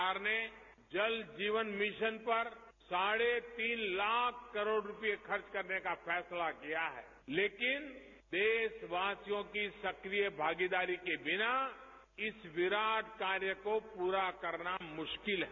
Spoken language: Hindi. सरकार ने जल जीवन मिशन पर साढ़े तीन लाख करोड़ रूपये खर्च करने का फैसला किया है लेकिन देशवासियों की सक्रिय भागीदारी के बिना इस विराट कार्य को पूरा करना मुश्किल है